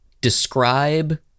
describe